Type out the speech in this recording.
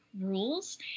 rules